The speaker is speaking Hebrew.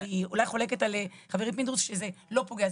אני אולי חולקת על חברי פינדרוס שזה לא פוגע,